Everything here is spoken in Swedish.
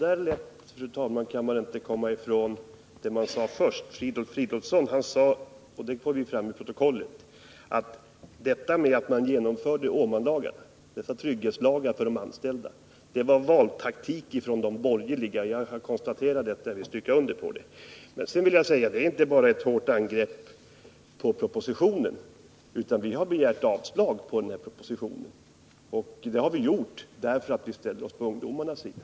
Fru talman! Så där lätt kan man inte komma ifrån det man först sagt. Filip Fridolfsson sade — och det kommer ju fram i protokollet — att genomförandet av Åmanlagarna, dessa trygghetslagar för de anställda, var valtaktik från de borgerliga. Jag vill stryka under detta påstående. Det är inte bara ett hårt angrepp på propositionen — vi har begärt avslag på propositionens förslag. Det har vi gjort därför att vi ställer oss på ungdomarnas sida.